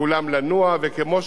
וכמו שאנחנו יוזמים,